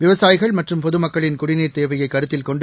விவசாயிகள் மற்றும் பொதுமக்களின் குடிநீர் தேவையைகருத்தில் கொண்டு